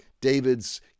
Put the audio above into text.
David's